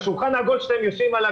השולחן העגול שאתם יושבים עליו,